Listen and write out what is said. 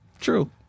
True